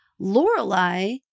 Lorelai